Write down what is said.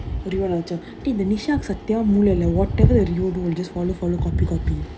rio and archana eh the nisha சுத்தமா:suthama like whatever rio do will just follow follow copy copy